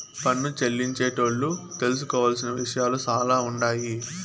పన్ను చెల్లించేటోళ్లు తెలుసుకోవలసిన విషయాలు సాలా ఉండాయి